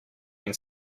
been